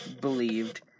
believed